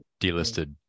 delisted